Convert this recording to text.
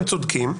אתם צודקים,